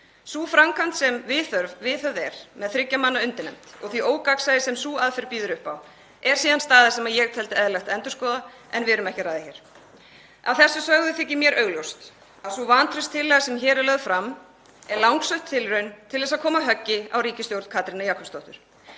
Sú framkvæmd sem viðhöfð er með þriggja manna undirnefnd, og því ógagnsæi sem sú aðferð býður upp á, er síðan staða sem ég teldi eðlilegt að endurskoða en við erum ekki að ræða hér. Að þessu sögðu þykir mér augljóst að sú vantrauststillaga sem hér er lögð fram er langsótt tilraun til að koma höggi á ríkisstjórn Katrínar Jakobsdóttur.